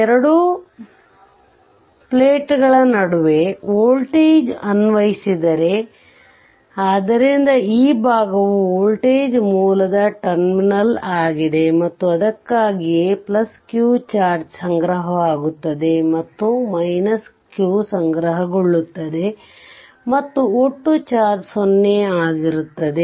ಎರಡು ಪ್ಲೇಟ್ಗಳ ನಡುವೆ ವೋಲ್ಟೇಜ್ ಅನ್ವಯಿಸಿದರೆ ಆದ್ದರಿಂದ ಈ ಭಾಗವು ವೋಲ್ಟೇಜ್ ಮೂಲದ ಟರ್ಮಿನಲ್ ಆಗಿದೆ ಮತ್ತು ಅದಕ್ಕಾಗಿಯೇ q ಚಾರ್ಜ್ ಸಂಗ್ರಹವಾಗುತ್ತದೆ ಮತ್ತು q ಸಂಗ್ರಹಗೊಳ್ಳುತ್ತದೆ ಮತ್ತು ಒಟ್ಟು ಚಾರ್ಜ್ 0 ಆಗಿರುತ್ತದೆ